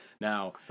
Now